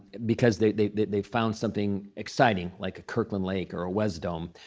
because they they found something exciting, like a kirkland lake or a wesdome,